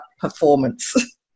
performance